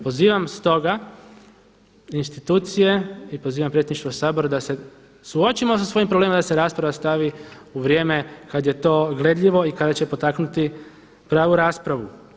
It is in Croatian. Pozivam stoga institucije i pozivam Predsjedništvo Sabora da se suočimo sa svojim problemima da se rasprava stavi u vrijeme kada je to gledljivo i kada će potaknuti pravu raspravu.